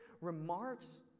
remarks